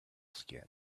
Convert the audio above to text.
skin